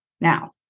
Now